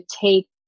take